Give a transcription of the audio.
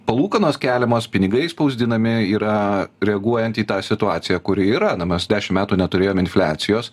palūkanos keliamos pinigai spausdinami yra reaguojant į tą situaciją kuri yra na mes dešim metų neturėjom infliacijos